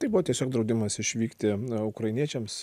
tai buvo tiesiog draudimas išvykti na ukrainiečiams